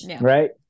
Right